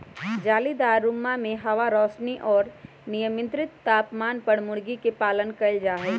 जालीदार रुम्मा में हवा, रौशनी और मियन्त्रित तापमान पर मूर्गी के पालन कइल जाहई